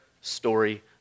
story